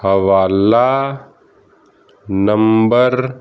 ਹਵਾਲਾ ਨੰਬਰ